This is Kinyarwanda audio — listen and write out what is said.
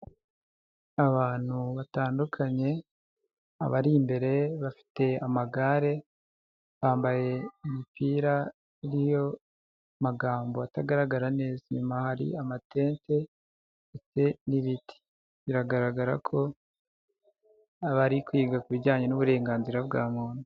Abantu batandukanye, abari imbere bafite amagare, bambaye imipira iriho amagambo atagaragara neza, inyuma hari amatente ndetse n'ibiti, biragaragara ko abari kwiga bijyanye n'uburenganzira bwa muntu.